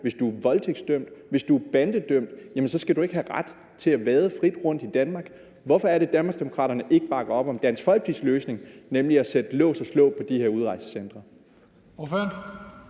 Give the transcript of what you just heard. hvis du er voldtægtsdømt, hvis du er bandedømt, skal du ikke have ret til at vade frit rundt i Danmark? Hvorfor er det, at Danmarksdemokraterne ikke bakker op om Dansk Folkepartis løsning, nemlig at sætte lås og slå på det her udrejsecenter?